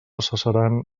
cessaran